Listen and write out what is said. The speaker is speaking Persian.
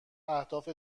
اهداف